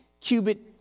cubit